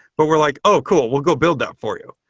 but we're like, oh cool. we'll go build that for you.